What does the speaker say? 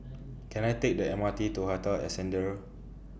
Can I Take The M R T to Hotel Ascendere